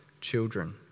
children